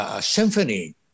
symphony